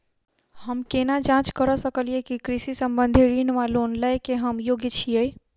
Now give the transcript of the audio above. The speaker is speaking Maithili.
हम केना जाँच करऽ सकलिये की कृषि संबंधी ऋण वा लोन लय केँ हम योग्य छीयै?